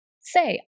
say